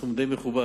בסכום די מכובד,